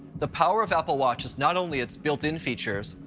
the power of apple watch is not only its built-in features,